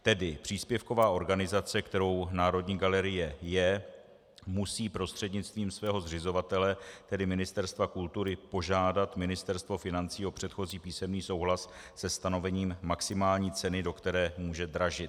Tedy příspěvková organizace, kterou Národní galerie je, musí prostřednictvím svého zřizovatele, tedy Ministerstva kultury, požádat Ministerstvo financí o předchozí písemný souhlas se stanovením maximální ceny, do které může dražit.